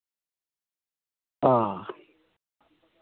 ᱚ